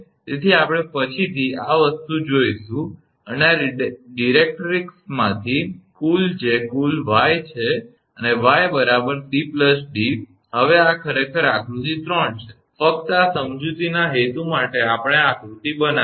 તેથી આપણે પછીથી આ વસ્તુ જોઈશું અને આ ડિરેક્ટ્રિક્સમાંથી કુલ જે કુલ 𝑦 છે અને 𝑦 𝑐 𝑑 હવે આ ખરેખર આકૃતિ 3 છે ફક્ત આ સમજૂતીના હેતુ માટે આપણે આ આકૃતિ બનાવી છે